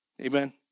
Amen